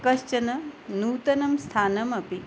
कश्चनं नूतनं स्थानमपि